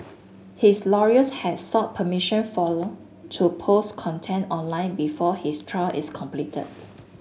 his lawyers had sought permission for to post content online before his trial is completed